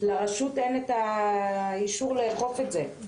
לרשות אין את האישור לאכוף את זה.